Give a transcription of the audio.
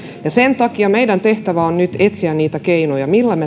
sen takia meidän tehtävämme on nyt etsiä niitä keinoja millä me